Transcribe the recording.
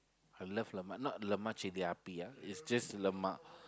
I love lemak not lemak-chili-api ah it's just lemak